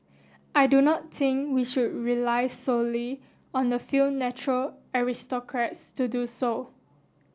I do not think we should rely solely on the few natural aristocrats to do so